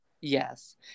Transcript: Yes